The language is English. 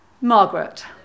Margaret